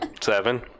Seven